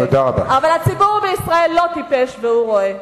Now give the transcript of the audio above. אבל הציבור בישראל לא טיפש והוא רואה.